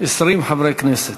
20 חברי כנסת.